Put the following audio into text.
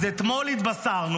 אז אתמול התבשרנו,